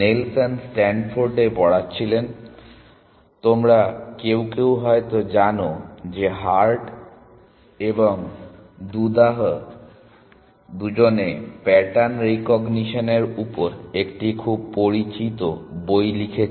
Nelson Stanford পড়াচ্ছিলেন তোমরা কেউ কেউ হয়তো জানো যে হার্ট এবং ডুদাহ দুজনে প্যাটার্ন রিকগনিশন এর উপর একটি খুব পরিচিত বই লিখেছেন